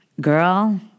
Girl